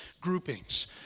groupings